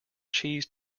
cheese